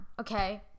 okay